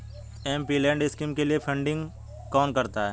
MPLAD scheme के लिए funding कौन करता है?